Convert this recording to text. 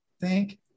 thank